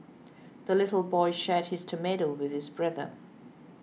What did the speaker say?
the little boy shared his tomato with his brother